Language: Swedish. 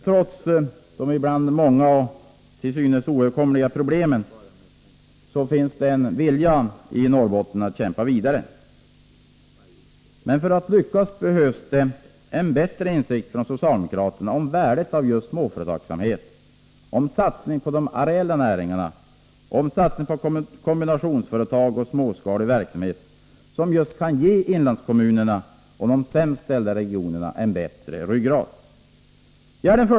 Trots de många och ibland till synes oöverkomliga problemen finns det en vilja i Norrbotten att kämpa vidare. Men det behövs en bättre insikt hos socialdemokraterna om värdet av småföretag, om värdet av satsning på de areella näringarna, på kombinationsföretag och på småskalig verksamhet som kan ge inlandskommunerna en bättre ryggrad.